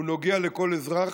הוא נוגע לכל אזרח,